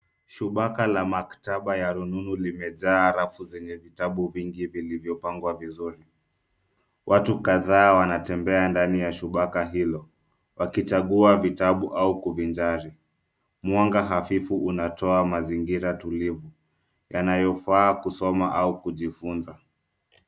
Shubuka la maktaba ya rununu limejaa rafu zenye vitabu vingi vilivyopangwa vizuri. Watu kadhaa wanatembea ndani ya shubuka hilo wakichagua vitabu au kuvinjari. Mwanga hafifu unatoa mazingira tulivu yanayofaa kusoma au kujifunza.